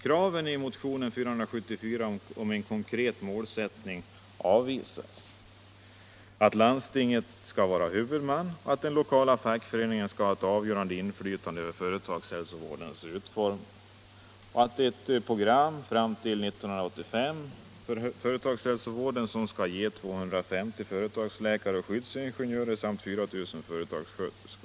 Kravet i motionen 474 på en konkret målsättning avvisas — att landstinget skall vara huvudman, att den lokala fackföreningen skall ha ett avgörande inflytande över företagshälsovårdens utformning och att ett program fram till 1985 för företagshälsovården skall ge 250 företagsläkare och skyddsingenjörer samt 4 000 företagssjuksköterskor.